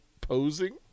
posing